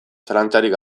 zalantzarik